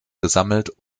gesammelt